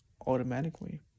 automatically